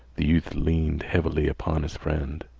the youth leaned heavily upon his friend.